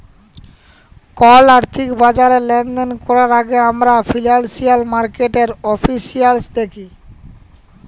call আথ্থিক বাজারে লেলদেল ক্যরার আগে আমরা ফিল্যালসিয়াল মার্কেটের এফিসিয়াল্সি দ্যাখি